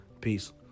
Peace